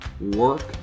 work